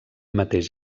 mateix